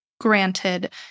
Granted